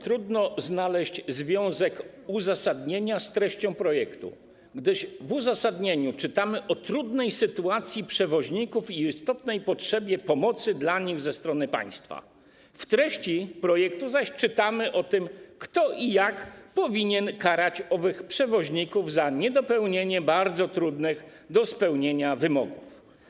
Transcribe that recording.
Trudno znaleźć związek uzasadnienia z treścią projektu, gdyż w uzasadnieniu czytamy o trudnej sytuacji przewoźników i istotnej potrzebie pomocy dla nich ze strony państwa, zaś w treści projektu czytamy o tym, kto i jak powinien karać owych przewoźników za niespełnienie bardzo trudnych do spełnienia wymogów.